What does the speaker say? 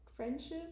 friendship